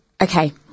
Okay